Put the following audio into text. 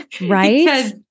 right